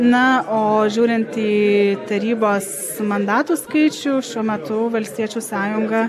na o žiūrint į tarybos mandatų skaičių šiuo metu valstiečių sąjunga